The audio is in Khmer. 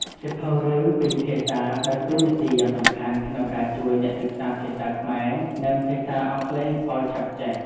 សៀវភៅរឿងពីរភាសាដើរតួនាទីយ៉ាងសំខាន់ក្នុងការជួយអ្នកសិក្សាភាសាខ្មែរ និងភាសាអង់គ្លេសឲ្យឆាប់ចេះ។